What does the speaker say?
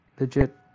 legit